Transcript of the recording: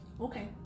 Okay